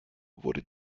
wurde